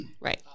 Right